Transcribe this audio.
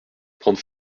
trente